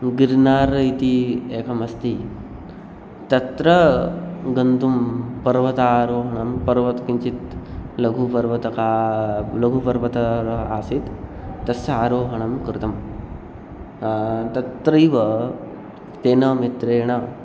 गिर्नार् इति एकमस्ति तत्र गन्तुं पर्वतारोहणं पर्वतः किञ्चित् लघुपर्वतः लघुपर्वतः आसीत् तस्य आरोहणं कृतं तत्रैव तेन मित्रेण